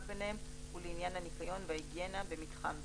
ביניהם ולעניין הניקיון וההיגיינה במתחם זה".